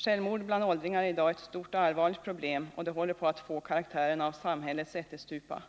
Självmord bland åldringar är i dag ett stort och allvarligt problem och det håller på att få karaktären av samhällets ättestupa.